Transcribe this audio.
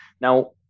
Now